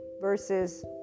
versus